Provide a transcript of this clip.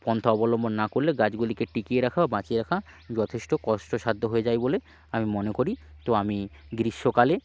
পন্থা অবলম্বন না করলে গাছগুলিকে টিকিয়ে রাখা ও বাঁচিয়ে রাখা যথেষ্ট কষ্টসাধ্য হয়ে যায় বলে আমি মনে করি তো আমি গ্রীষ্মকালে